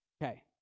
Okay